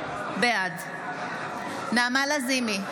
בעד נעמה לזימי,